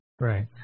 Right